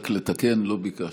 רק לתקן: לא ביקשתי.